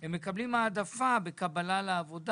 הם מקבלים העדפה בקבלה לעבודה.